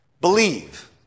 Believe